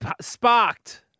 sparked